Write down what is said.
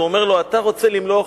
הוא אומר לו: אתה רוצה למלוך?